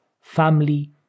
family